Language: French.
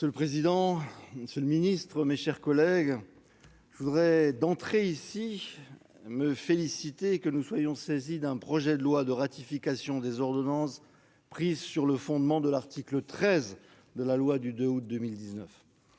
Monsieur le président, monsieur le ministre, mes chers collègues, je voudrais d'entrée me féliciter que nous soyons saisis d'un projet de loi de ratification des ordonnances prises sur le fondement de l'article 13 de la loi du 2 août 2019.